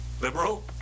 Liberal